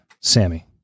Sammy